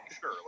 sure